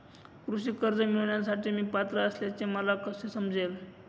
कृषी कर्ज मिळविण्यासाठी मी पात्र असल्याचे मला कसे समजेल?